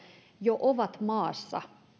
jo ovat maassa